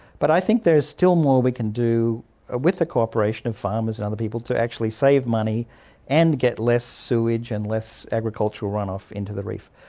but i think there is still more we can do ah with the cooperation of farmers and other people to actually save money and get less sewage and less agricultural runoff into the reef.